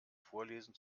vorlesen